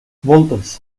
moltes